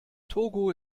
togo